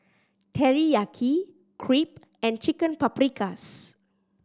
Teriyaki Crepe and Chicken Paprikas